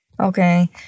Okay